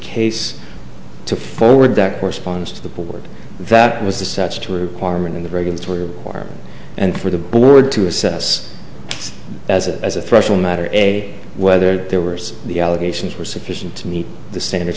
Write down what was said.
case to forward that corresponds to the board that was the such to requirement in the regulatory requirement and for the board to assess as a threshold matter anyway whether they're worse the allegations were sufficient to meet the standards